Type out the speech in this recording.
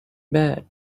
bad